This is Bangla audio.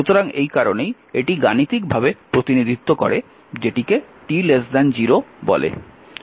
সুতরাং এই কারণেই এটি গাণিতিকভাবে প্রতিনিধিত্ব করে যেটিকে t 0 বলে